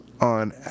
on